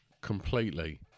completely